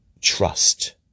trust